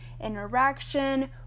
interaction